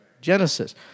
Genesis